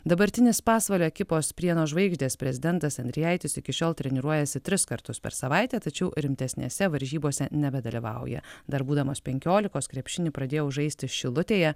dabartinis pasvalio ekipos pieno žvaigždės prezidentas endrijaitis iki šiol treniruojasi tris kartus per savaitę tačiau rimtesnėse varžybose nebedalyvauja dar būdamas penkiolikos krepšinį pradėjau žaisti šilutėje